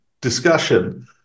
discussion